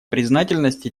признательность